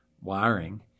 wiring